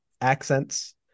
accents